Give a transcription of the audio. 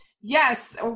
yes